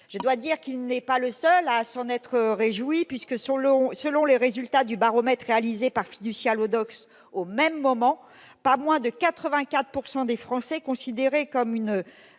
je dois dire qu'il n'est pas le seul à s'en être réjouit puisque sur l'Euro, selon les résultats du baromètre réalisé par Fiducial Hourdeaux au même moment, pas moins de 84 pourcent des Français, considéré comme une